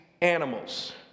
animals